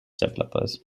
developers